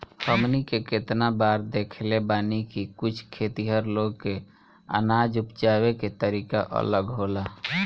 हमनी के केतना बार देखले बानी की कुछ खेतिहर लोग के अनाज उपजावे के तरीका अलग होला